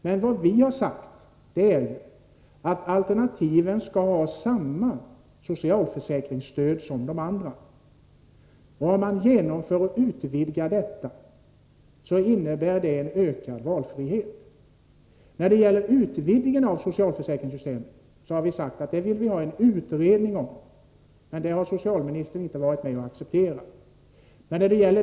Men vad vi har sagt är att alternativen skall ha samma socialförsäkringsstöd som de redan etablerade formerna. I fall man genomför och utvidgar detta förslag innebär det en ökad valfrihet. Om utvidgningen av socialförsäkringssystemet vill vi ha en utredning. Men det har socialministern inte velat acceptera.